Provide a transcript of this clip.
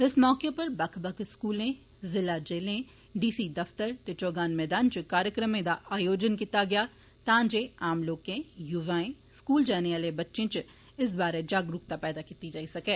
इस मौके उप्पर बक्ख बक्ख स्कूले ज़िला जेल डी सी दफतर ते चौगान मैदान इच कार्यक्रमें दा आयोजन कीता गेआ तां जे आम लोकें युवाएं स्कूल जाने आले बच्चे इच इस बारे जागरूकता पैदा कीती जाई सकै